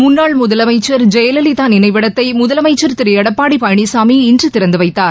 முன்னாள் முதலமைச்சர் ஜெயலலிதா நினைவிடத்தை முதலமைச்சர் திரு எடப்பாடி பழனிசாமி இன்று திறந்து வைத்தார்